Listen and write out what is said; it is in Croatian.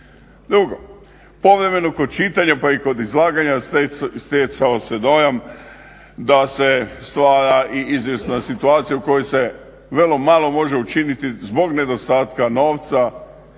Drugo, povremeno kod čitanja pa i kod izlaganja stjecao se dojam da se stvara i izvjesna situacija u kojoj se vrlo malo može učiniti zbog nedostatka novca,